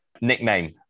nickname